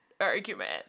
argument